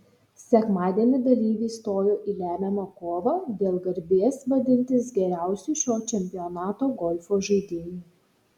sekmadienį dalyviai stojo į lemiamą kovą dėl garbės vadintis geriausiu šio čempionato golfo žaidėju